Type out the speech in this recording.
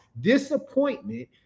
disappointment